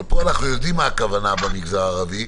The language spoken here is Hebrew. אבל פה אנחנו יודעים מה הכוונה במגזר הערבי,